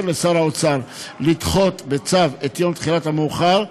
לשר האוצר לדחות בצו את יום התחילה המאוחר,